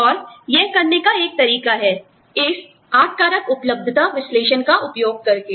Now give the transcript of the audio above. और यह करने का एक तरीका है इस 8 कारक उपलब्धता विश्लेषण का उपयोग करके